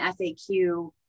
FAQ